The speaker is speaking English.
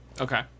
Okay